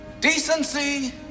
Decency